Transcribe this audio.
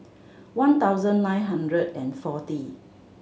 one thousand nine hundred and forty